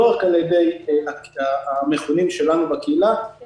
לא רק על ידי המכונים שלנו בקהילה אלא